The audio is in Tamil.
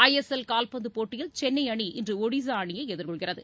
ஐஎஸ்எல் கால்பந்து போட்டியில் சென்னை அணி இன்று ஒடிசா அணியை எதிர்கொள்கிறது